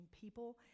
people